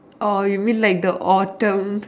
orh you mean like the autumn